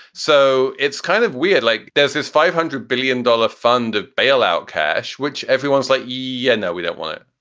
so it's kind of weird. like there's this five hundred billion dollar fund of bailout cash, which everyone's like, yeah, no, we don't want it.